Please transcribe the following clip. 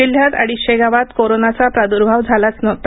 जिल्ह्यात अडीचशे गावांत कोरोनाचा प्रादुर्भाव झालाच नव्हता